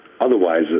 otherwise